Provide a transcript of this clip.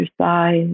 exercise